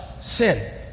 sin